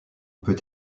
peut